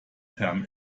term